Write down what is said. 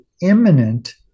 imminent